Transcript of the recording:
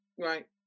Right